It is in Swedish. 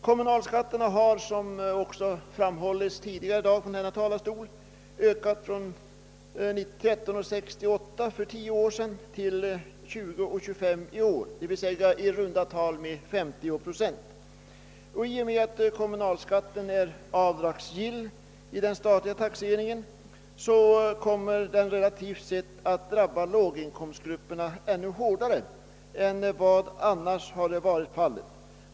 Kommunalskatterna har, vilket framhållits tidigare i dag från denna talarstol, ökat från kronor 13:68 för tio år sedan till kronor 20:25 i år, d.v.s. i runt tal med 59 procent. I och med att kommunalskatten är avdragsgill vid den statliga taxeringen kommer den relativt sett att drabba låginkomstgrupperna hårdare än vad eljest hade blivit fallet.